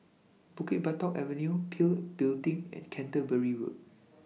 Bukit Batok Avenue PIL Building and Canterbury Road